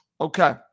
Okay